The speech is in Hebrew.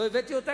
לא הבאתי אותה,